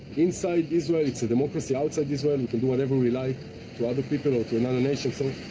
inside israel, it's a democracy. outside israel, we can do whatever we like to other people or to another nation, so